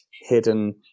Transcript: hidden